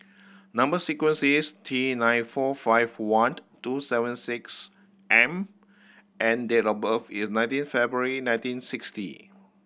number sequence is T nine four five one two seven six M and date of birth is nineteen February nineteen sixty